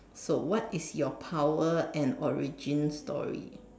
so what is your power and origin story